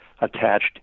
attached